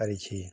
ପାରିଛି